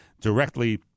directly